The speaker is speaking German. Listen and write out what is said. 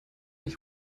ich